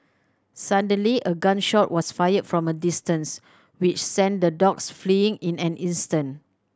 suddenly a gun shot was fired from a distance which sent the dogs fleeing in an instant